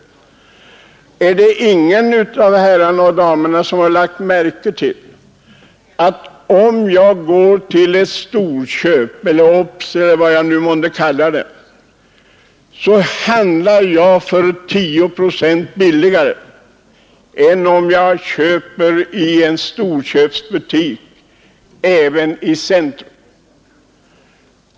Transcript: Är det ingen av herrarna och damerna som har lagt märke till att om man går till ett storköp, t.ex. Obs, så handlar man tio procent billigare än om man köper i en storköpsbutik som ligger i centrum.